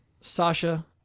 Sasha